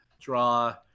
draw